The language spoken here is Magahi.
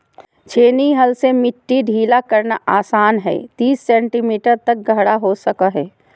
छेनी हल से मिट्टी ढीला करना आसान हइ तीस सेंटीमीटर तक गहरा हो सको हइ